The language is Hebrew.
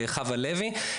חווה לוי.